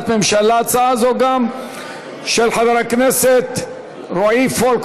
הצעת החוק עברה בקריאה טרומית ותועבר לוועדת החוקה,